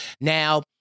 now